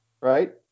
Right